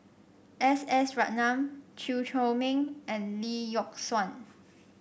S S Ratnam Chew Chor Meng and Lee Yock Suan